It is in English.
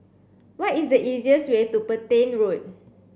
what is the easiest way to Petain Road